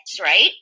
right